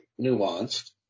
nuanced